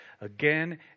again